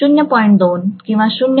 2 किंवा 0